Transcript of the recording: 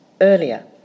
earlier